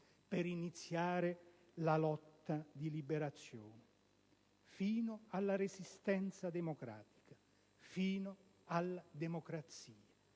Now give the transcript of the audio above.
per iniziare la lotta di liberazione fino alla Resistenza democratica, fino alla democrazia!